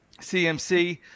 CMC